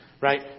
right